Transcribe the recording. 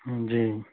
جی